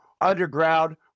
Underground